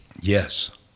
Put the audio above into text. Yes